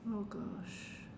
oh gosh